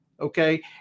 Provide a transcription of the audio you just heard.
Okay